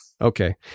Okay